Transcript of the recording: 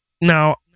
now